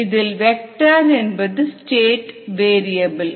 இதில் வெக்ட்டர் என்பது state variable